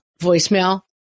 voicemail